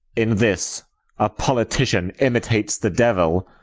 in this a politician imitates the devil,